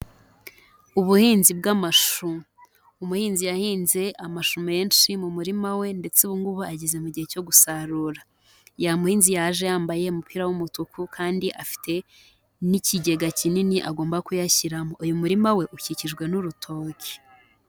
Ubuhinzi bw'amashu. Umuhinzi yahinze amashu menshi mu murima we ndetse ubu ngubu ageze mu gihe cyo gusarura. Ya umunzi yaje yambaye umupira w'umutuku kandi afite n'ikigega kinini agomba kuyashyiramo. Uyu murima we ukikijwe n'urutoki.